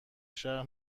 شهر